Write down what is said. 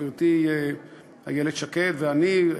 חברתי איילת שקד ואני,